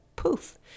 Poof